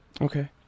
Okay